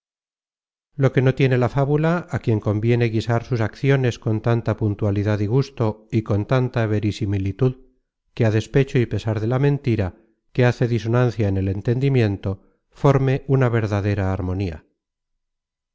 lo que no tiene la fábula á quien conviene guisar sus acciones con tanta puntualidad y gusto y con tanta verisimilitud que á despecho y pesar de la mentira que hace disonancia en el entendimiento forme una verdadera armonía